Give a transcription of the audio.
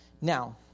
Now